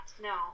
no